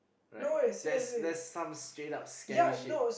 right that's some straight up scary shit